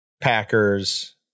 packers